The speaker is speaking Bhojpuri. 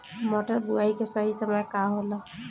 मटर बुआई के सही समय का होला?